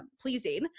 pleasing